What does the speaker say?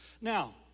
Now